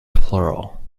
plural